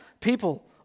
people